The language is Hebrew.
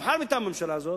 נבחר מטעם הממשלה הזאת,